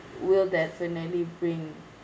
will definitely bring